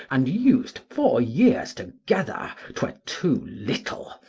and use t four years together, twere too little!